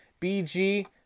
BG